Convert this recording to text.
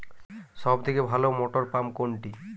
সবথেকে ভালো মটরপাম্প কোনটি?